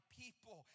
people